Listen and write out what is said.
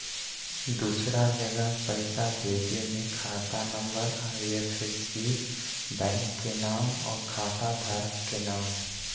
दूसरा जगह पईसा भेजे में खाता नं, आई.एफ.एस.सी, बैंक के नाम, और खाता धारक के नाम?